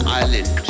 island